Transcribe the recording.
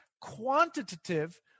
quantitative